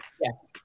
Yes